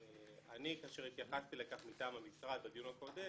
כאשר התייחסתי לכך מטעם המשרד בדיון הקודם,